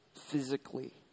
physically